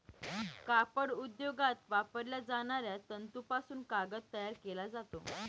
कापड उद्योगात वापरल्या जाणाऱ्या तंतूपासून कागद तयार केला जातो